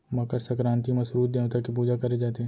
मकर संकरांति म सूरूज देवता के पूजा करे जाथे